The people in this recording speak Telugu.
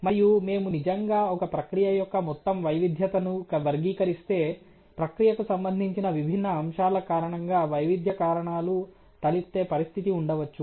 మరియు మేము నిజంగా ఒక ప్రక్రియ యొక్క మొత్తం వైవిధ్యతను వర్గీకరిస్తే ప్రక్రియకు సంబంధించిన విభిన్న అంశాల కారణంగా వైవిధ్య కారణాలు తలెత్తే పరిస్థితి ఉండవచ్చు